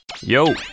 Yo